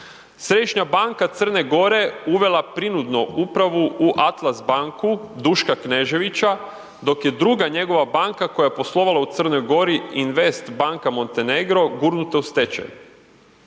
Središnja banka Crne Gore uvela prinudno upravo u Atlas banku Duška Kneževića, dok je druga njegova banka koja je poslovala u Crnoj Gori Invest banka Montenegro, gurnuta u stečaj.